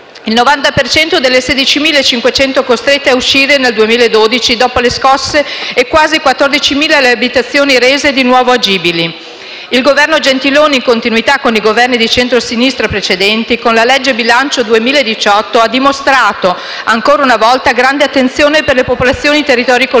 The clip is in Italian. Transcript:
cento delle 16.500 costrette a uscire nel 2012 dopo le scosse, e quasi 14.000 le abitazioni rese di nuovo agibili. Il Governo Gentiloni Silveri, in continuità con i Governi di centrosinistra precedenti, con la legge di bilancio per il 2018 ha dimostrato ancora una volta grande attenzione per le popolazioni e i territori colpiti